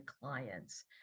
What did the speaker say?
clients